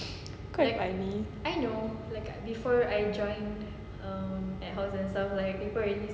clap for me